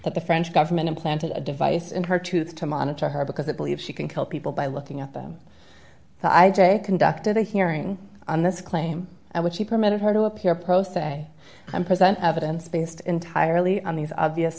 that the french government implanted a device in her tooth to monitor her because they believe she can kill people by looking at them i j conducted a hearing on this claim which she permitted her to appear pro se and present evidence based entirely on these obvious